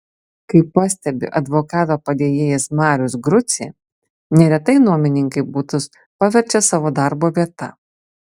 kaip pastebi advokato padėjėjas marius grucė neretai nuomininkai butus paverčia savo darbo vieta